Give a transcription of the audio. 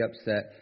upset